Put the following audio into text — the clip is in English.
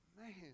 Man